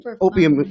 opium